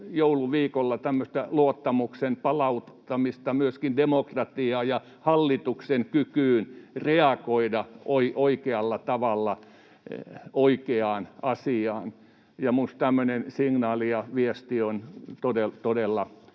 jouluviikolla tämmöistä luottamuksen palauttamista myöskin demokratiaan ja hallituksen kykyyn reagoida oikealla tavalla oikeaan asiaan, ja minusta tämmöinen signaali, viesti, on todella